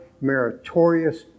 meritorious